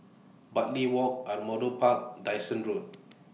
Bartley Walk Ardmore Park Dyson Road